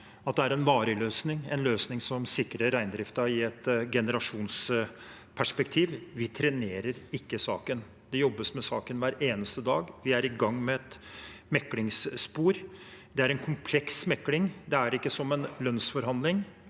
at det er en varig løsning, en løsning som sikrer reindriften i et generasjonsperspektiv. Vi trenerer ikke saken, det jobbes med saken hver eneste dag, vi er i gang med et meklingsspor. Det er en kompleks mekling. Det er ikke som en lønnsforhandling,